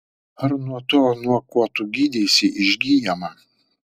ar nuo to nuo ko tu gydeisi išgyjama